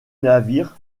navire